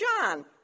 John